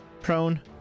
Prone